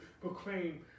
proclaim